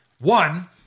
One